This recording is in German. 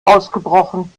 ausgebrochen